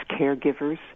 caregivers